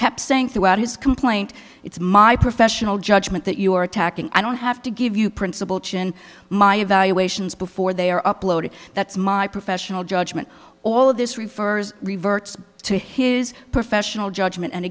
kept saying throughout his complaint it's my professional judgment that you're attacking i don't have to give you principal jhon my evaluations before they are uploaded that's my professional judgment or all of this refers reverts to his professional judgment and